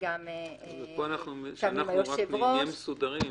וגם עם היושב-ראש --- רק נהיה מסודרים.